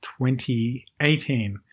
2018